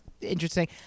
interesting